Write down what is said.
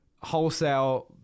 wholesale